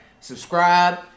Subscribe